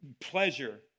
pleasure